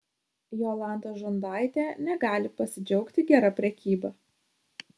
jolanta žundaitė negali pasidžiaugti gera prekyba